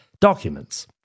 documents